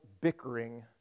bickering